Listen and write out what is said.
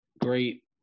great